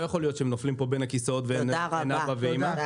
לא יכול להיות שהם נופלים פה בין הכיסאות ואין להם אבא ואימא.